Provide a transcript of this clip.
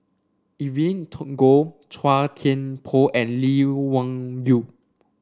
Evelyn Goh Chua Thian Poh and Lee Wung Yew